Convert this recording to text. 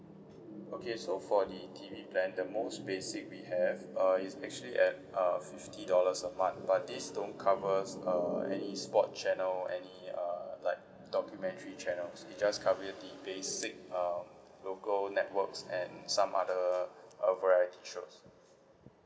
okay so for the T_V plan the most basic we have uh is actually at uh fifty dollars a month but this don't covers uh any sport channel any uh like documentary channels it just cover the basic um local networks and some other uh variety shows